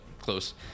close